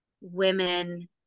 women